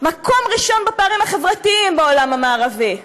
מקום ראשון בפערים החברתיים בעולם המערבי,